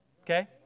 Okay